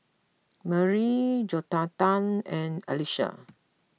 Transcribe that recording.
Marlie Jonatan and Alicia